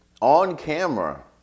on-camera